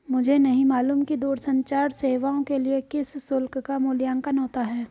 मुझे नहीं मालूम कि दूरसंचार सेवाओं के लिए किस शुल्क का मूल्यांकन होता है?